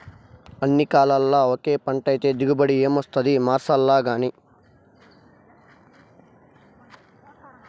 అన్ని కాలాల్ల ఒకే పంటైతే దిగుబడి ఏమొస్తాది మార్సాల్లగానీ